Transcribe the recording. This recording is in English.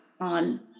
on